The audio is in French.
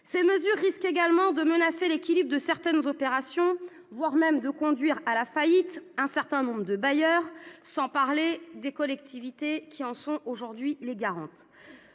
Ces mesures risquent également de menacer l'équilibre de certaines opérations, voire de conduire à la faillite un certain nombre de bailleurs, sans parler des collectivités qui en sont aujourd'hui les garantes.